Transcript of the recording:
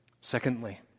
Secondly